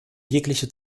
jegliche